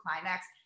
climax